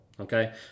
Okay